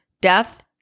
Death